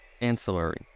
ancillary